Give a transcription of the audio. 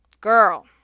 Girl